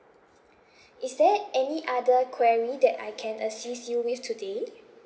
is there any other query that I can assist you with today